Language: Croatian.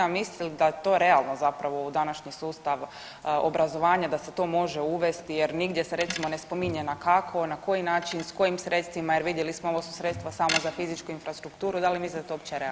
Mislite li da je to realno zapravo u današnji sustav obrazovanja da se to može uvesti jer nigdje se recimo ne spominje na kako, na koji način s kojim sredstvima jer vidjeli smo ovo su sredstva samo za fizičku infrastrukturu, da li mislite da je to uopće realno?